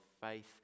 faith